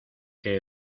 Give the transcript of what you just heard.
que